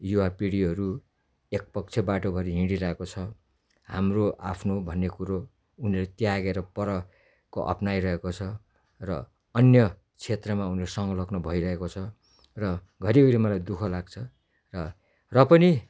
युवा पिँढीहरू एक पक्ष बाटो भएर हिँडिरहेको छ हाम्रो आफ्नो भन्ने कुरो उनीहरू त्यागेर परको अप्नाइरहेको छ र अन्य क्षेत्रमा उनीहरू संलग्न भइरहेको छ र घरिघरि मलाई दुःख लाग्छ र र पनि